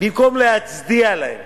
במקום להצדיע להם